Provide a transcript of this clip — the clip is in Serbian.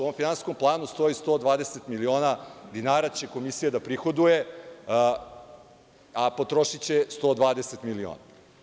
U ovom finansijskom planu stoji – 120 miliona dinara će Komisija da prihoduje, a potrošiće 120 miliona.